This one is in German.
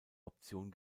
option